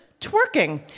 twerking